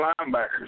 linebackers